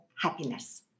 happiness